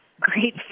great